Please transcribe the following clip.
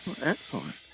Excellent